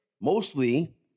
mostly